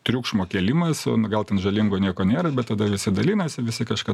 triukšmo kėlimas gal ten žalingo nieko nėra bet tada visi dalinasi visi kažką